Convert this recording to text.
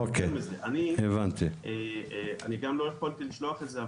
אני גם לא יכולתי לשלוח את זה,